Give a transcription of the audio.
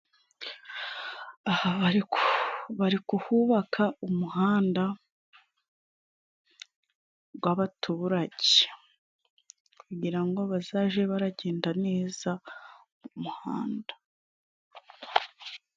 Aha bari kuhubaka umuhanda w'abaturage. Kugira ngo bazajye bagenda neza mu muhanda.